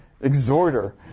exhorter